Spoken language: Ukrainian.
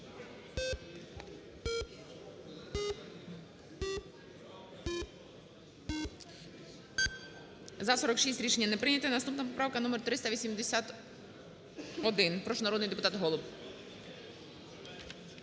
За-46 Рішення не прийнято. Наступна поправка - номер 381. Прошу, народний депутат Голуб.